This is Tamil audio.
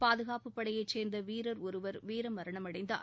பாதுகாப்புப்படையைச்சேர்ந்த வீரர் ஒருவர் வீரமரணமடைந்தார்